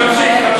תמשיך, תמשיך.